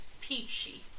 peachy